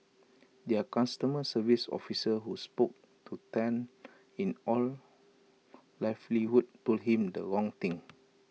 their customer service officer who spoke to Tan in all likelihood told him the wrong thing